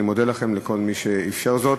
אני מודה לכם, לכל מי שאפשר זאת.